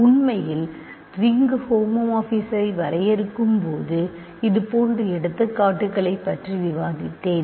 உண்மையில் நான் ரிங் ஹோமோமார்பிஸங்களை வரையறுக்கும்போது இதுபோன்ற எடுத்துக்காட்டுகளைப் பற்றி விவாதித்தேன்